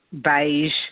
beige